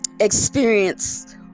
experience